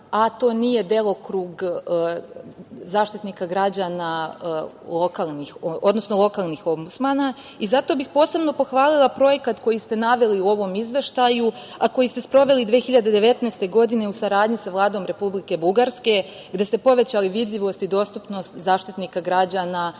a to nije delokrug Zaštitnika građana, odnosno lokalnih Ombudsmana, i zato bih posebno pohvalila projekat koji ste naveli u ovom Izveštaju, a koji ste sproveli 2019. godine u saradnji sa Vladom Republike Bugarske, gde ste povećali vidljivost i dostupnost Zaštitnika građana